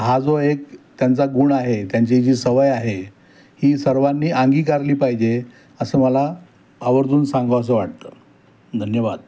हा जो एक त्यांचा गुण आहे त्यांची जी सवय आहे ही सर्वांनी अंगीकारली पाहिजे असं मला आवर्जून सांगावंसं वाटतं धन्यवाद